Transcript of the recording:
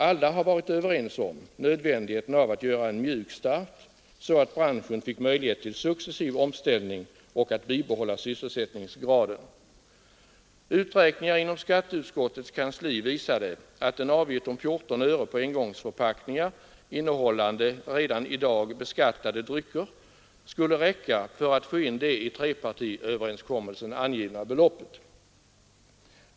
Alla har varit överens om nödvändigheten av att göra en mjuk start, så att branschen fick möjlighet till successiv omställning och att bibehålla sysselsättningsgraden. Uträkningar inom skatteutskottets kansli visade att en avgift om 14 öre på engångsförpackningar innehållande redan i dag beskattade drycker skulle räcka för att få in det i trepartiöverenskommelsen angivna beloppet.